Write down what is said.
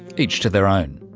each to their own.